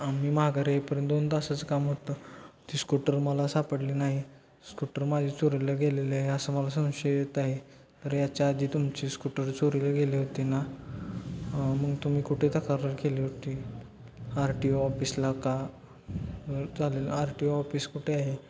आम्ही माघारी येईपर्यंत दोन तासाचं काम होतं ती स्कूटर मला सापडली नाही स्कूटर माझी चोरीला गेलेली आहे असा मला संशय येत आहे तर याच्या आधी तुमची स्कूटर चोरीला गेली होती ना मग तुम्ही कुठे तक्रार केली होती आर टी ओ ऑफिसला का चालेल आर टी ओ ऑफिस कुठे आहे